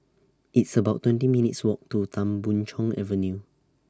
It's about twenty minutes' Walk to Tan Boon Chong Avenue